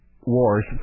wars